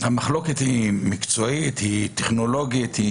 המחלוקת היא מקצועית, היא טכנולוגית?